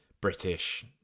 British